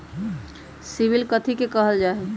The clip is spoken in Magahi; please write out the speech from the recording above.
सिबिल कथि के काहल जा लई?